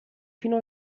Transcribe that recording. fino